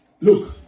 Look